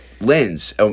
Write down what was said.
Lens